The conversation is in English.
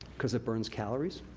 because it burns calories?